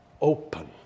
open